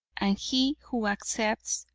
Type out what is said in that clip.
he who accepts,